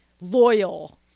loyal